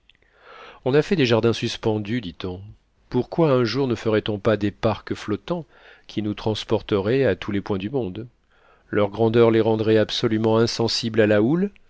on a fait des jardins suspendus dit-on pourquoi un jour ne ferait-on pas des parcs flottants qui nous transporteraient à tous les points du monde leur grandeur les rendrait absolument insensibles à la houle